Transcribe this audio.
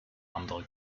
andere